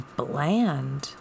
bland